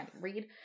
read